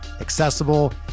accessible